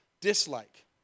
dislike